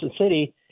City